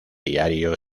diario